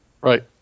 Right